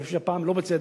אני חושב שהפעם לא בצדק,